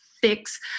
fix